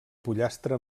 pollastre